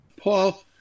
Paul